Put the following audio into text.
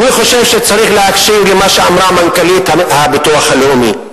אני חושב שצריך להקשיב למה שאמרה מנכ"לית הביטוח הלאומי.